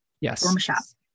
Yes